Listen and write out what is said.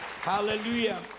hallelujah